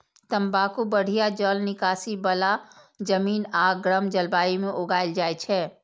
तंबाकू बढ़िया जल निकासी बला जमीन आ गर्म जलवायु मे उगायल जाइ छै